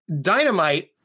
Dynamite